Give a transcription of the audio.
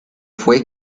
fue